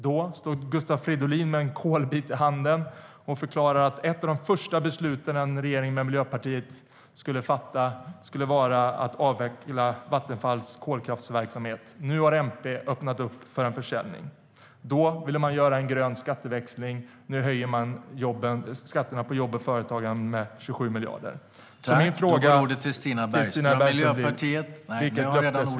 Då stod Gustav Fridolin med en kolbit i handen och förklarade att ett av de första beslut en regering med Miljöpartiet skulle fatta var att avveckla Vattenfalls kolkraftsverksamhet. Nu har MP öppnat upp för en försäljning. Då ville man göra en grön skatteväxling. Nu höjer man skatterna på jobb och företagande med 27 miljarder. Min fråga till Stina Bergström är .